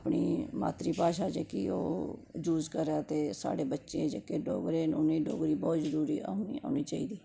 अपनी मात्तरी भाशा जेह्की ओह् यूज़ करै ते साढ़े बच्चे जेह्के डोगरे न उ'नें ई डोगरी जेह्की ओह् जरूरी औनी चाहिदी